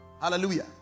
Hallelujah